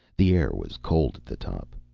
the air was cold at the top.